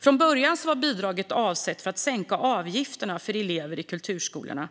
Från början var bidraget avsett att sänka avgifterna för elever i kulturskolorna.